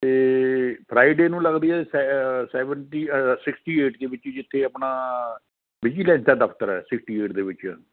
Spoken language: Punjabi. ਅਤੇ ਫਰਾਈਡੇ ਨੂੰ ਲੱਗਦੀ ਹੈ ਸੈ ਸੈਵਨਟੀ ਸਿਕਸਟੀ ਏਟ ਦੇ ਵਿੱਚ ਜੀ ਜਿੱਥੇ ਆਪਣਾ ਵਿਜੀਲੈਂਸ ਦਾ ਦਫਤਰ ਹੈ ਸਿਕਸਟੀ ਏਟ ਦੇ ਵਿੱਚ